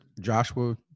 Joshua